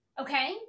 Okay